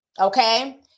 okay